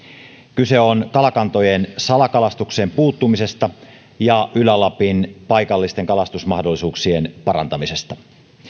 kyse on kalakantojen salakalastukseen puuttumisesta ja ylä lapin paikallisten kalastusmahdollisuuksien parantamisesta